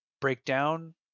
Breakdown